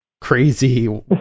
crazy